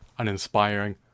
uninspiring